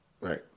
right